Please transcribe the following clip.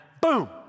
boom